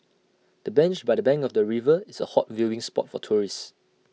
the bench by the bank of the river is A hot viewing spot for tourists